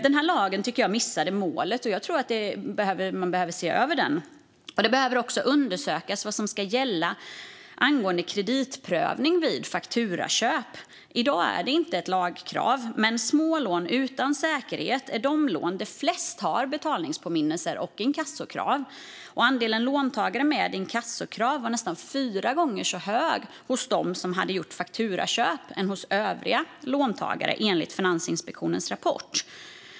Den här lagen tycker jag missade målet, och jag tror att man behöver se över den. Det behöver också undersökas vad som ska gälla angående kreditprövning vid fakturaköp. I dag är det inte ett lagkrav, men små lån utan säkerhet är de lån där flest har betalningspåminnelser och inkassokrav. Andelen låntagare med inkassokrav var nästan fyra gånger så hög hos dem som hade gjort fakturaköp som hos övriga låntagare, enligt Finansinspektionens rapport.